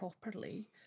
properly